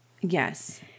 Yes